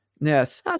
Yes